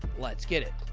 let's get it.